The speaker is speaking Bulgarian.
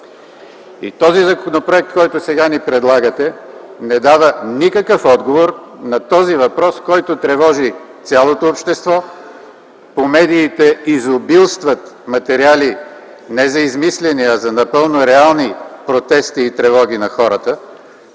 Този законопроект, който сега ни предлагате, не дава никакъв отговор на въпроса, който тревожи цялото общество. По медиите изобилстват материали не за измислени, а за напълно реални протести и тревоги на хората